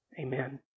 Amen